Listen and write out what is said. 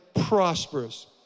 prosperous